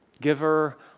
giver